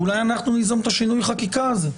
ואולי אנחנו ניזום את שינוי החקיקה הזו,